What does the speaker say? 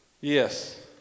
Yes